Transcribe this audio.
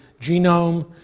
genome